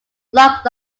loch